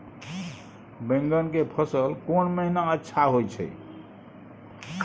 बैंगन के फसल कोन महिना अच्छा होय छै?